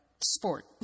sport